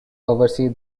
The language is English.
oversee